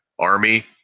Army